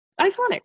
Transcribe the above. iconic